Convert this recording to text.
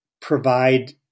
Provide